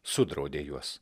sudraudė juos